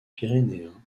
pyrénéen